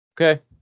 Okay